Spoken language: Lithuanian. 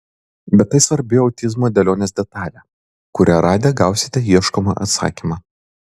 bet tai svarbi autizmo dėlionės detalė kurią radę gausite ieškomą atsakymą